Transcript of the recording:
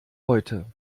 heute